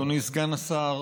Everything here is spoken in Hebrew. אדוני סגן השר,